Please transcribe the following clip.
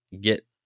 get